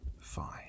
fine